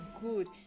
Good